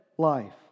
life